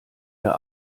der